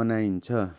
मनाइन्छ